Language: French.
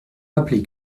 rappeler